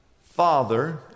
father